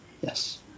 Yes